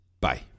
Bye